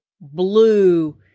blue